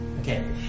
Okay